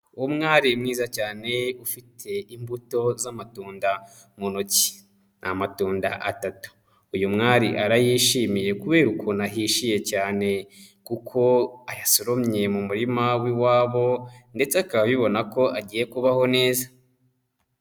Umwari mwiza cyane ufite imbuto z'amatunda mu ntoki. Ni amatunda atatu uyu mwari arayishimiye kubera ukuntu ahishiye cyane, kuko ayasoromye mu murima w'iwabo ndetse akaba abibona ko agiye kubaho neza.